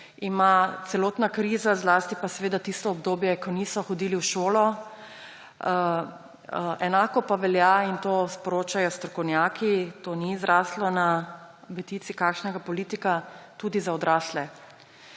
ima celotna kriza, zlasti pa tisto obdobje, ko niso hodili v šolo, enako pa velja – in to sporočajo strokovnjaki, to ni zraslo na betici kakšnega politika – tudi za odrasle.